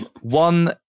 One